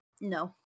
No